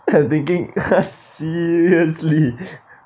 I'm thinking !huh! seriously